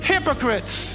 Hypocrites